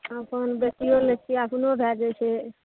अपन बेचिओ लै छिए अपनो भए जाइ छै